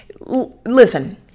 Listen